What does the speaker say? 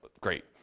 great